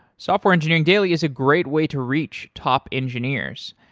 software engineering daily is a great way to reach top engineers.